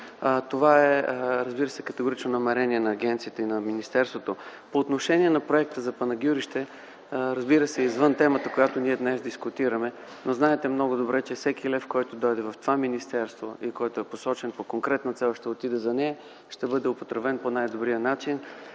Това е категорично намерение на агенцията и на министерството. По отношение на проекта за Панагюрище, разбира се, извън темата, която ние днес дискутираме, но знаете много добре, че всеки лев, който дойде в това министерство и който е посочен по конкретна цел, ще отиде за нея и ще бъде употребен по най-добрия начин.